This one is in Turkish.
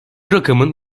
rakamın